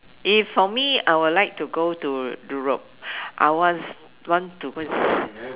if for me I would like to go to Europe I want want to go and s~